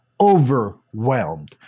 overwhelmed